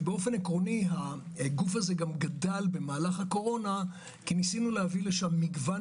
ובאופן עקרוני הגוף הזה גם גדל במהלך הקורונה כי ניסינו להביא לשם מגוון